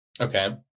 Okay